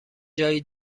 جایی